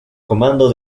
comando